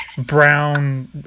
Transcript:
brown